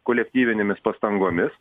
kolektyvinėmis pastangomis